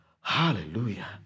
hallelujah